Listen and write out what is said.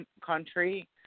country